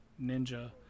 ninja